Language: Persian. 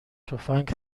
تفنگ